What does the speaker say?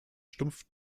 stumpf